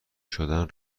شدن